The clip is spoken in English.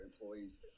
employees